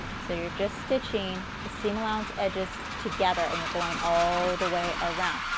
so you're just stitching the seam allowance edges together and you're going all the way around.